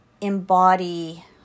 embody